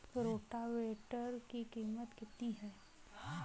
Rotavator की कीमत कितनी है?